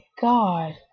god